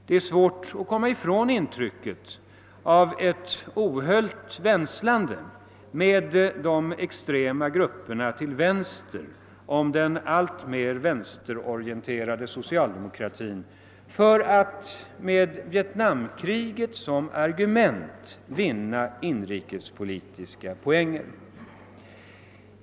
Det är svårt att komma ifrån intrycket av ett ohöljt vänslande med de extrema grupperna till vänster om den alltmer vänsterorienterade socialdemokratin för att med Vietnamkriget som argument vinna inrikepolitiska poänger.